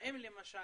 האם למשל